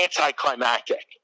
anticlimactic